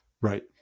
Right